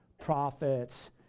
prophets